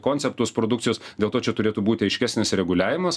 konceptus produkcijos dėl to čia turėtų būti aiškesnis reguliavimas